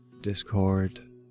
Discord